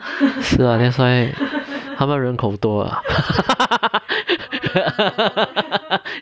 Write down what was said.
是啊 that's why 他们人口多 ah